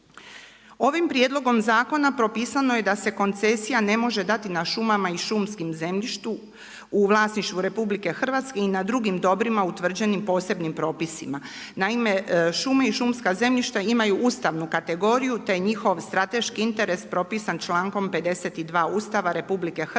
Ovim prijedlogom zakona propisano je da se koncesija ne može dati na šumama i šumskom zemljištu u vlasništvu RH i na drugim dobrima utvrđenim posebnim propisima. Naime, šume i šumska zemljišta imaju ustavnu kategoriju, te je njihov strateški interes propisan člankom 52. Ustava RH a nadalje